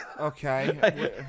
Okay